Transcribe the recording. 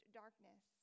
darkness